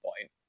point